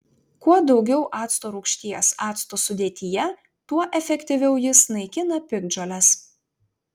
kuo daugiau acto rūgšties acto sudėtyje tuo efektyviau jis naikina piktžoles